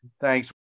Thanks